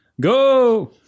go